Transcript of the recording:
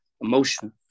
emotion